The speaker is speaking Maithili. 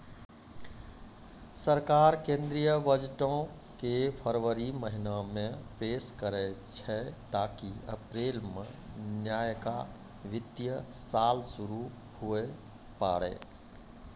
सरकार केंद्रीय बजटो के फरवरी महीना मे पेश करै छै ताकि अप्रैल मे नयका वित्तीय साल शुरू हुये पाड़ै